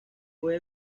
fue